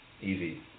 easy